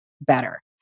better